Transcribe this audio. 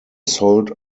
sold